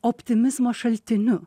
optimizmo šaltiniu